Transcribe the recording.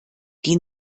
die